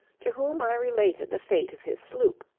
to whom i related the fate of his sloop,